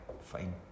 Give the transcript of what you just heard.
fine